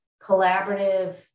collaborative